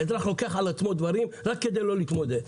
האזרח לוקח על עצמו דברים רק כדי לא להתמודד.